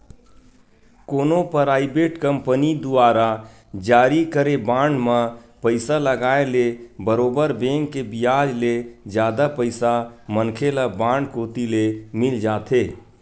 कोनो private company दुवारा जारी करे बांड म पइसा लगाय ले बरोबर बेंक के बियाज ले जादा पइसा मनखे ल बांड कोती ले मिल जाथे